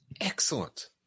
Excellent